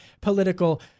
political